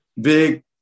big